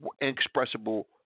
inexpressible